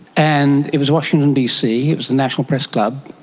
and it was washington dc, it was the national press club,